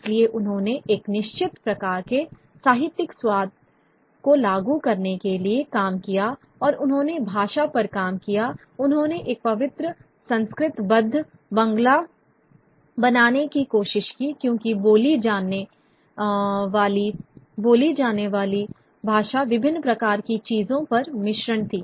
इसलिए उन्होंने एक निश्चित प्रकार के साहित्यिक स्वाद को लागू करने के लिए काम किया और उन्होंने भाषा पर काम किया उन्होंने एक पवित्र संस्कृतबद्ध बंगला बनाने की कोशिश की क्योंकि बोली जाने वाली भाषा विभिन्न प्रकार की चीजों का मिश्रण थी